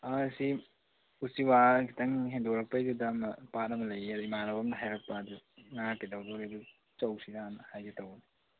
ꯑꯥ ꯁꯤ ꯎꯆꯤꯋꯥ ꯈꯤꯇꯪ ꯍꯦꯟꯗꯣꯔꯛꯄꯩꯗꯨꯗ ꯑꯃ ꯄꯥꯠ ꯑꯃ ꯂꯩꯌꯦ ꯑꯗꯨꯗ ꯏꯃꯥꯟꯅꯕ ꯑꯃꯅ ꯍꯥꯏꯔꯛꯄꯝ ꯑꯗꯨ ꯉꯥ ꯀꯩꯗꯧꯗꯣꯔꯤ ꯑꯗꯨ ꯆꯎꯁꯤꯔꯅ ꯍꯥꯏꯒꯦ ꯇꯧꯕ